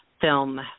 Film